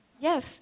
yes